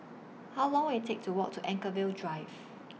How Long Will IT Take to Walk to Anchorvale Drive